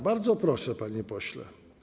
Bardzo proszę, panie pośle.